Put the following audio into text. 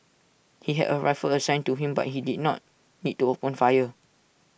he had A rifle assigned to him but he did not need to open fire